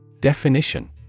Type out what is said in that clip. Definition